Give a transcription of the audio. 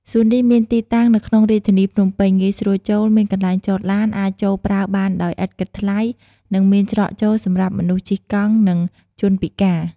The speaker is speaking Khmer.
សួននេះមានទីតាំងនៅក្នុងរាជធានីភ្នំពេញ ងាយស្រួលចូល មានកន្លែងចតឡាន អាចចូលប្រើបានដោយឥតគិតថ្លៃ និងមានច្រកចូលសម្រាប់មនុស្សជិះកង់ និង ជនពិការ។